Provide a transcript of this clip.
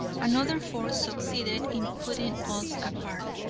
another force succeeded in putting us apart.